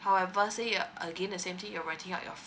however say you're again the same thing you're renting out your flat